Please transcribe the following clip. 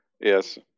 Yes